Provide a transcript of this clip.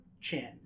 chin